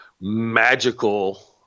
magical